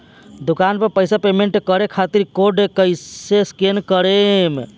दूकान पर पैसा पेमेंट करे खातिर कोड कैसे स्कैन करेम?